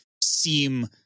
seem